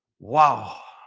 wow.